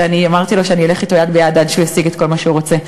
ואני אמרתי לו שאני אלך אתו יד ביד עד שהוא ישיג את מה שהוא רוצה,